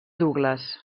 douglas